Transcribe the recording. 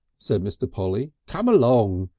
said mr. polly, come along!